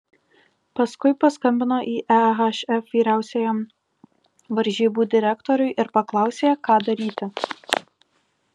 paskui paskambino į ehf vyriausiajam varžybų direktoriui ir paklausė ką daryti